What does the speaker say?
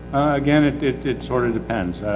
again, it, it it sort of depends